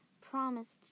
promised